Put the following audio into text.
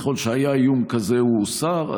וככל שהיה איום כזה הוא הוסר.